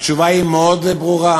התשובה מאוד ברורה,